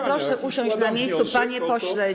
Proszę usiąść na miejscu, panie pośle.